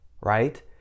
right